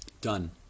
Done